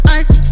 ice